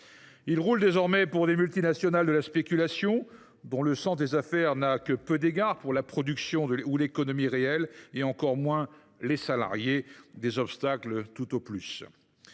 roulent maintenant pour des multinationales de la spéculation, dont le sens des affaires n’a que peu d’égards pour la production ou l’économie réelle et encore moins pour les travailleurs – des obstacles, tout au plus…